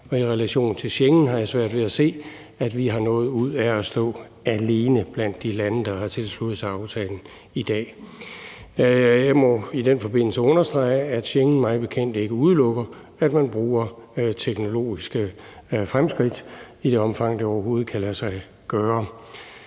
Men i relation til Schengen har jeg svært ved at se, at vi har noget ud af at stå alene blandt de lande, der har tilsluttet sig aftalen i dag. Jeg må i den forbindelse understrege, at Schengen mig bekendt ikke udelukker, at man bruger teknologiske fremskridt, i det omfang det overhovedet kan lade sig gøre.